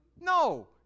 No